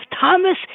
Thomas